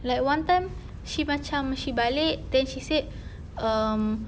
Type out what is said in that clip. like one time she macam she balik the she said um